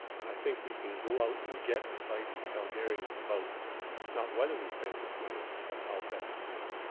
and i think we can go out and get advice from calgarians about not whether we spend this money but how best to spend it.